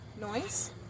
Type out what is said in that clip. noise